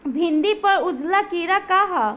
भिंडी पर उजला कीड़ा का है?